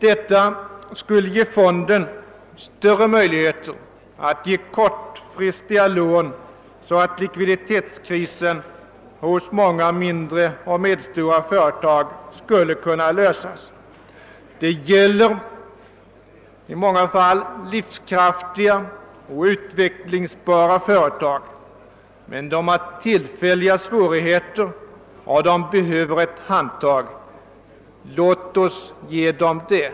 Detta skulle ge fonden större möjligheter att ge kortfristiga lån för att likviditetskrisen för många mindre och medelstora företag skulle kunna klaras. Det gäller i många fall livskraftiga och utvecklingsbara företag, men de har tillfälliga svårigheter och behöver ett handtag. Låt oss ge dem det!